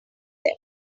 them